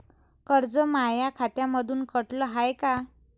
कर्ज माया खात्यामंधून कटलं हाय का?